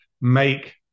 make